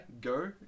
Go